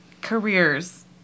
careers